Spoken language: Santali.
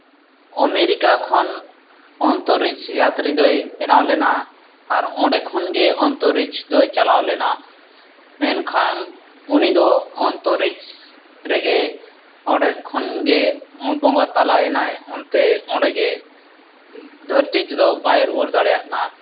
ᱟᱢᱮᱨᱤᱠᱟ ᱠᱷᱚᱱ ᱚᱱᱛᱚᱨᱤᱥᱤᱭᱟᱛᱤ ᱫᱚᱭ ᱵᱮᱱᱟᱣ ᱞᱮᱱᱟ ᱟᱨ ᱚᱸᱰᱮ ᱠᱷᱚᱱ ᱜᱮ ᱚᱱᱛᱚᱨᱤᱡ ᱫᱚᱭ ᱪᱟᱞᱟᱣ ᱞᱮᱱᱟ ᱢᱮᱱᱠᱷᱟᱱ ᱩᱱᱤ ᱫᱚ ᱚᱱᱛᱚᱨᱤᱡ ᱨᱮᱜᱮᱭ ᱚᱸᱰᱮ ᱠᱷᱚᱱ ᱜᱮᱭ ᱵᱚᱸᱜᱟ ᱛᱟᱞᱟᱭᱮᱱᱟᱭᱚᱱᱛᱮ ᱚᱸᱰᱮ ᱜᱮ ᱫᱷᱟᱹᱨᱛᱤ ᱛᱮᱫᱚ ᱵᱟᱭ ᱨᱩᱭᱟᱹᱲ ᱫᱟᱲᱮ ᱟᱱᱟᱭ